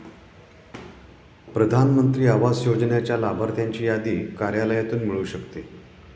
प्रधान मंत्री आवास योजनेच्या लाभार्थ्यांची यादी कार्यालयातून मिळू शकते